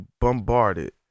bombarded